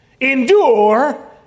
endure